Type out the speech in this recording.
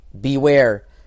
beware